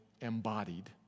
embodied